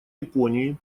японии